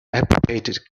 appropriate